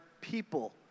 people